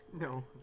No